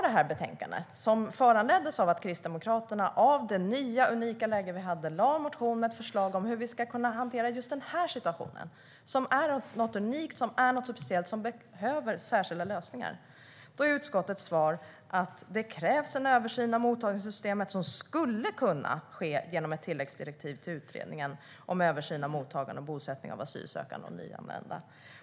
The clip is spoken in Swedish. Det här betänkandet föranleddes av att Kristdemokraterna i och med det nya och unika läge vi hade väckte en motion med ett förslag om hur vi ska kunna hantera just den här situationen, som är unik och behöver särskilda lösningar. Då är utskottets svar att det krävs en översyn av mottagningssystemet som skulle kunna ske genom ett tilläggsdirektiv till utredningen om en översyn av mottagande och bosättning av asylsökande och nyanlända.